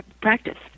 practice